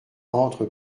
entre